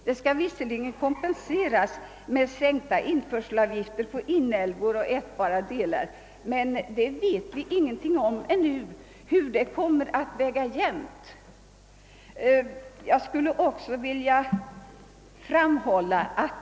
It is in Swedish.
Detta skall visserligen kompenseras med sänkta införselavgifter på inälvor och ätbara delar, men vi vet ännu ingenting om huruvida det kommer att väga jämnt.